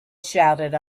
shouted